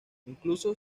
incluso